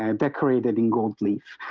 ah decorated in gold leaf,